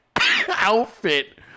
outfit